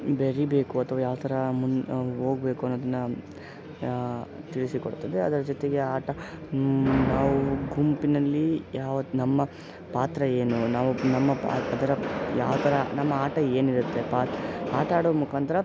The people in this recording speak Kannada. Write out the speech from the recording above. ಬೆರೀಬೇಕು ಅಥ್ವಾ ಯಾವ ಥರ ಮುನ್ ಹೋಗ್ಬೇಕು ಅನ್ನೋದನ್ನು ತಿಳಿಸಿಕೊಡ್ತದೆ ಅದರ ಜೊತೆಗೆ ಆಟ ನಾವು ಗುಂಪಿನಲ್ಲಿ ಯಾವ ನಮ್ಮ ಪಾತ್ರವೇನು ನಾವು ನಮ್ಮ ಪಾ ಅದರ ಯಾವ ಥರ ನಮ್ಮ ಆಟ ಏನಿರುತ್ತೆ ಪಾ ಆಟಾಡೋ ಮುಖಾಂತರ